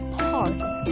parts